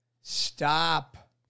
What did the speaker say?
Stop